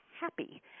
happy